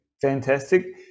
fantastic